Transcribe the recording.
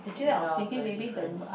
you know the difference